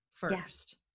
First